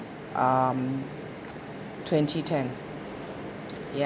um twenty ten ya